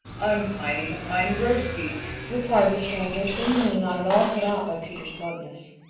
i'm piny the pine grosbeak, replied the stranger, seemingly not at all put out by peter's bluntness.